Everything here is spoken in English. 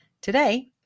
Today